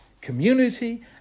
community